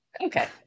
Okay